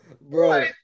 Bro